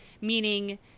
meaning